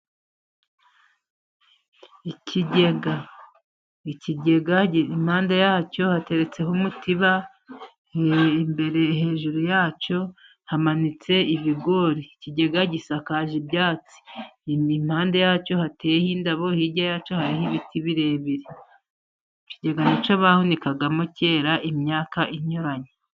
Ikigega. Ikigega impande yacyo hateretseho umutiba， imbere hejuru yacyo hamanitse ibigori， ikigega gisakaje ibyatsi，impande yacyo hateyeho indabo， hirya ya cyo hari ibiti birebire. Ikigega nicyo bahunikagamo kera， imyaka inyuranye.